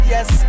Yes